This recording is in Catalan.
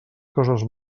coses